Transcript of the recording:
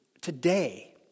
today